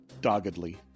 doggedly